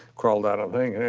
crawled out of the thing,